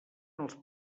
els